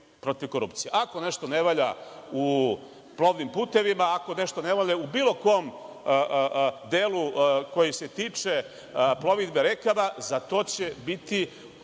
Ako nešto ne valja u plovnim putevima, ako nešto ne valja u bilo kom delu koji se tiče plovidbe rekama, za to će biti,